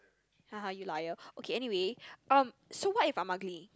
ha ha you liar okay anyway um so what if I'm ugly